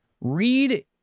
read